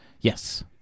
Yes